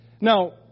Now